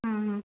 ହଁ ହଁ